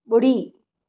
बु॒ड़ी